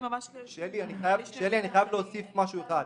שלי, אני חייב להוסיף משהו אחד.